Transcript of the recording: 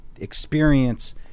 experience